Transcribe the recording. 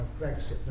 Brexit